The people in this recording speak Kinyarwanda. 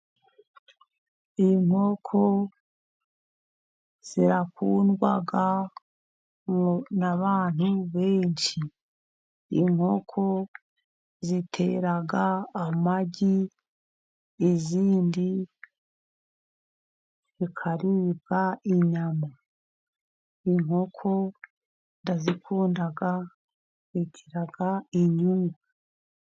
Inkoko zikundwa n'abantu benshi, inkoko zitera amagi izindi zikaribwa inyama, inkoko ndazikunda zigira inyungu.